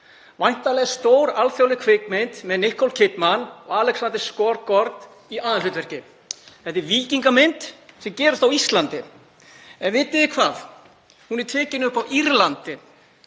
Væntanleg er stór alþjóðleg kvikmynd með Nicole Kidman og Alexander Skarsgård í aðalhlutverki. Þetta er víkingamynd sem gerist á Íslandi. En vitið þið hvað? Hún er tekin upp á Írlandi.